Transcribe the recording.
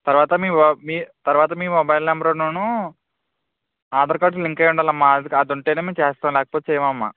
తర్వాత మీ మొ మీ తర్వాత మీ మొబైల్ నెంబర్నునూ ఆధార్ కార్డ్ లింక్ అయ్యి ఉండాలమ్మా అది ఉంటేనే మేము చేస్తాం అమ్మా లేకపోతే చేయమమ్మా